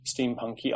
steampunky